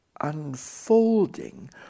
unfolding